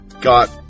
got